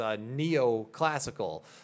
neo-classical